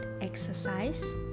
Exercise